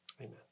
Amen